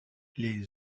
les